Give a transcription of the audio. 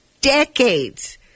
decades